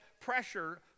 pressure